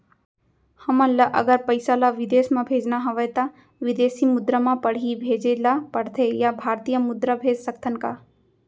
हमन ला अगर पइसा ला विदेश म भेजना हवय त विदेशी मुद्रा म पड़ही भेजे ला पड़थे या भारतीय मुद्रा भेज सकथन का?